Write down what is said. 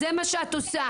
זה מה שאת עושה.